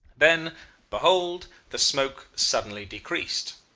then behold, the smoke suddenly decreased.